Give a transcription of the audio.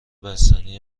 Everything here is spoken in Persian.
بستنی